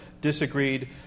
disagreed